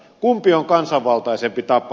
kumpi on kansanvaltaisempi tapa